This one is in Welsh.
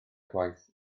gwaith